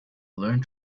learn